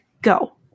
go